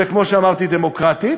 וכמו שאמרתי, דמוקרטית,